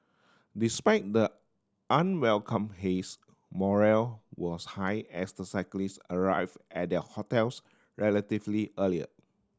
despite the unwelcome haze morale was high as the cyclist arrive at their hotels relatively early